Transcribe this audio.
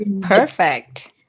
perfect